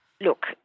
Look